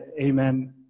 amen